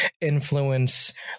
influence